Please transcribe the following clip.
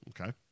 Okay